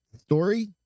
story